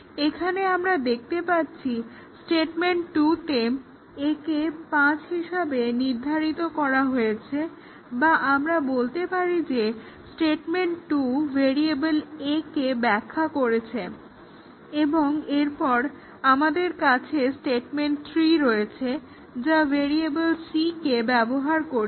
এখানে আমরা দেখতে পাচ্ছি স্টেটমেন্ট 2 তে a কে 5 হিসাবে নির্ধারিত করা হয়েছে বা আমরা বলতে পারি যে স্টেটমেন্ট 2 ভ্যারিয়েবল a কে ব্যাখ্যা করছে এবং এরপর আমাদের কাছে স্টেটমেন্ট 3 রয়েছে যা ভ্যারিয়েবল c কে ব্যবহার করছে